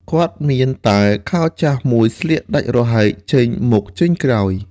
គាត់មានតែខោចាស់មួយស្លៀកដាច់រហែកចេញមុខចេញក្រោយ។